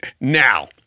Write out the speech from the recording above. now